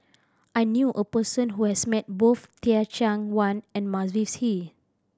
I knew a person who has met both Teh Cheang Wan and Mavis Hee